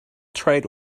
trade